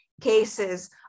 cases